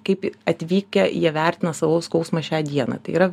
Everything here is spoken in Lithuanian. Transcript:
kaip atvykę jie vertina savo skausmą šią dieną tai yra